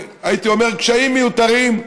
והייתי אומר קשיים מיותרים,